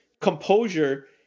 composure